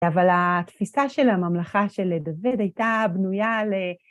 אבל התפיסה של הממלכה של דוד הייתה בנויה על...